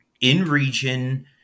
in-region